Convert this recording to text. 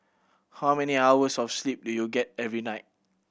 how many hours of sleep do you get every night